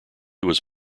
was